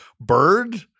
bird